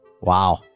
Wow